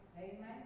Amen